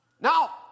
Now